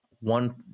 One